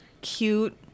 cute